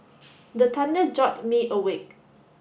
the thunder jolt me awake